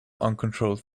uncontrolled